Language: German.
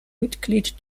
mitglied